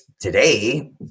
today